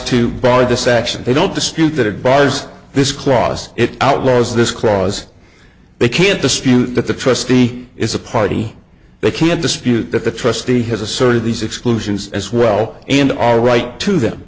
deception they don't dispute that it buys this clause it outlaws this clause they can't dispute that the trustee is a party they can't dispute that the trustee has asserted these exclusions as well and all right to them